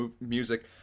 music